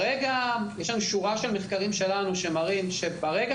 ויש לנו שורה של מחקרים שמראים שברגע